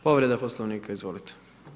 Povreda Poslovnika, izvolite.